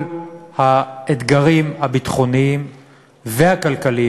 כל האתגרים הביטחוניים והכלכליים,